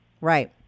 Right